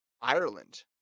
Ireland